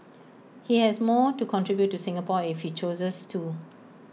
he has more to contribute to Singapore if he chooses to